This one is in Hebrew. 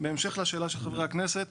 בהמשך לשאלה של חברי הכנסת,